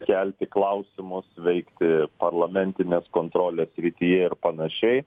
kelti klausimus veikti parlamentinės kontrolės srityje ir panašiai